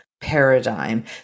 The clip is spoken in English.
paradigm